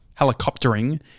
helicoptering